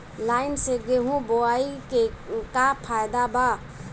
Line से गेहूं बोआई के का फायदा बा?